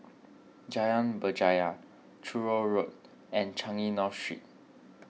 Jalan Berjaya Truro Road and Changi North Street